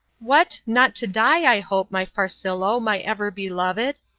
what, not to die i hope, my farcillo, my ever beloved.